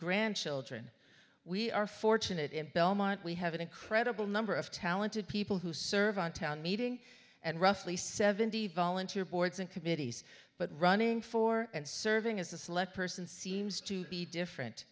grandchildren we are fortunate in belmont we have an incredible number of talented people who serve on town meeting and roughly seventy volunteer boards and committees but running for and serving as a select person seems to be different